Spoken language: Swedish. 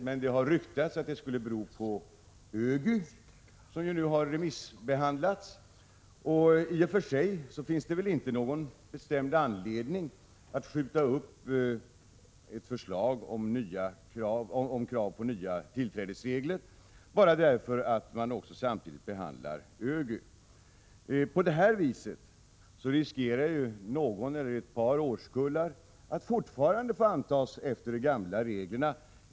Men det har ryktats om att det skulle bero på Ögy som ju nu har remissbehandlats. I och för sig finns det väl inte någon bestämd anledning att skjuta på ett förslag om krav på nya tillträdesregler bara därför att man samtidigt behandlar Ögy. På det viset finns risken att någon eller några årskullar fortfarande får antas enligt de gamla reglerna.